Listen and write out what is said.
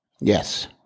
Yes